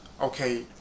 okay